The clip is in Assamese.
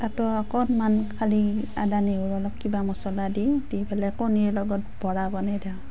তাতো অকণমান খালি আদা নহৰু অলপ কিবা মছলা দি দি পেলাই কণীৰ লগত বৰা বনাই দিওঁ